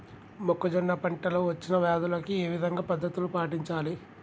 మొక్కజొన్న పంట లో వచ్చిన వ్యాధులకి ఏ విధమైన పద్ధతులు పాటించాలి?